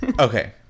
Okay